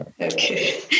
Okay